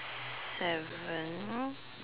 seven